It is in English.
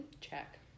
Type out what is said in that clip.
Check